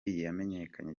yamenyekanye